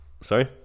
sorry